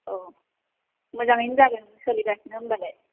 अ मोजाङैनो जागोन सोलिगासिनो होमबालाय